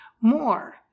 more